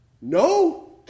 No